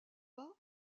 pas